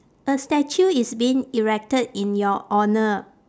a statue is being erected in your honour